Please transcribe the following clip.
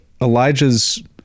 Elijah's